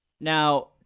Now